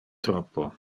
troppo